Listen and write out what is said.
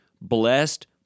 blessed